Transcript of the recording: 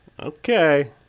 Okay